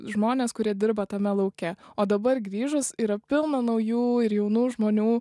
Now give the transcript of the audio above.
žmonės kurie dirba tame lauke o dabar grįžus yra pilna naujų ir jaunų žmonių